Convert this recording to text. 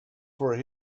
for